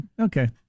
Okay